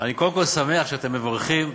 אני קודם כול שמח שאתם מברכים,